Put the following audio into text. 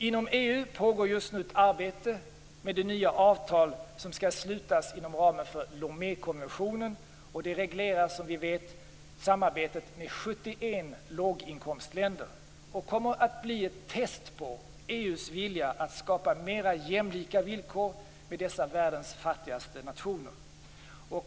Inom EU pågår just nu ett arbete med det nya avtal som skall slutas inom ramen för Lomékonventionen. Det reglerar, som vi vet, samarbetet med 71 låginkomstländer och kommer att bli ett test på EU:s vilja att skapa mer jämlika villkor med dessa världens fattigaste nationer.